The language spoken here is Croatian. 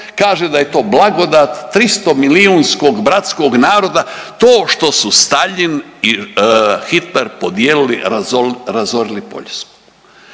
kaže da je to blagodat tristo milijunskog bratskog naroda to što su Staljin i Hitler podijelili razorili Poljsku.